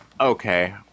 Okay